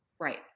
Right